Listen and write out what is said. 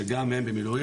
שגם הם במילואים,